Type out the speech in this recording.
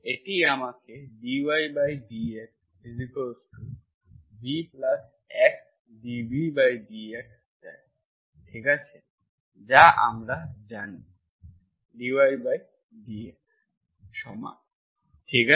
এটি আমাকে dYdXvXdvdX দেয় ঠিক আছে যা আমরা জানি dydx121YX2121v2 সমান ঠিক আছে